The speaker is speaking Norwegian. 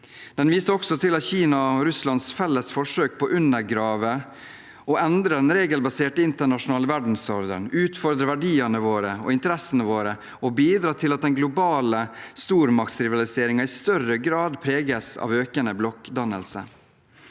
Den viser også til Kinas og Russlands felles forsøk på å undergrave og endre den regelbaserte internasjonale verdensordenen, utfordre verdiene og interessene våre og bidra til at den globale stormaktsrivaliseringen i større grad preges av økende blokkdannelser.